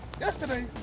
Yesterday